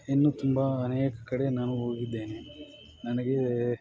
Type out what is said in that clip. ಇನ್ನು ತುಂಬ ಅನೇಕ ಕಡೆ ನಾನು ಹೋಗಿದ್ದೇನೆ ನನಗೆ